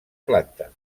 planta